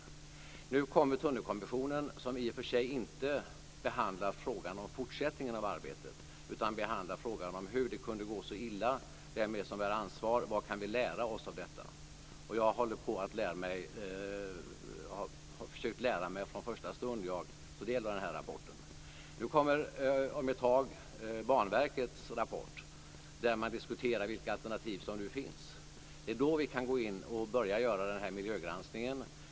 Nu har vi ju fått rapporten från Tunnelkommissionen, som i och för sig inte behandlar frågan om fortsättningen av arbetet, utan som behandlar frågan om hur det kunde gå så illa, vem det är som bär ansvaret och vad kan vi lära oss av detta. Jag har från första stund sedan jag tog del av rapporten försökt lära mig om detta. Om ett tag kommer Banverkets rapport där man diskuterar vilka alternativ som nu finns. Det är då som vi kan gå in och börja göra miljögranskningen.